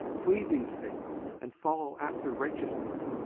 flee these things and follow after righteousness,